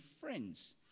friends